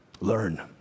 Learn